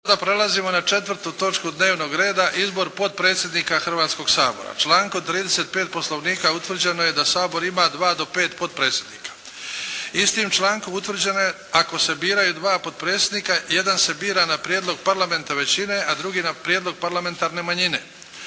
Sada prelazimo na 4. točku dnevnog reda. 4. Izbor potpredsjednika Hrvatskoga sabora Člankom 35. Poslovnika utvrđeno je da Sabor ima dva do pet potpredsjednika. Istim člankom utvrđeno je ako se biraju dva potpredsjednika, jedan se bira na prijedlog parlamentarne većine, a drugi na prijedlog parlamentarne manjine.